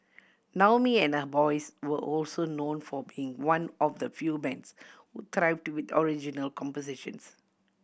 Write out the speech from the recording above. Naomi and her boys were also known for being one of the few bands who thrived with original compositions